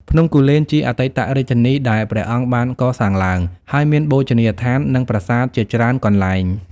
ភ្នំគូលែនជាអតីតរាជធានីដែលព្រះអង្គបានកសាងឡើង ហើយមានបូជនីយដ្ឋាន និងប្រាសាទជាច្រើនកន្លែង។